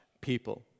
people